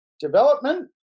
development